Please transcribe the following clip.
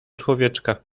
człowieczka